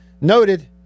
Noted